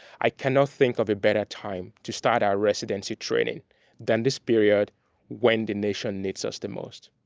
i cannot thing of a better time to start our residency training than this periods when the nation needs us the most.